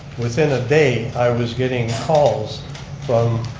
within a day i was getting calls from